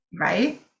Right